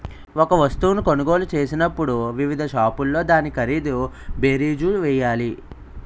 ఒక వస్తువును కొనుగోలు చేసినప్పుడు వివిధ షాపుల్లో దాని ఖరీదు బేరీజు వేయాలి